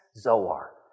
Zoar